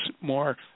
more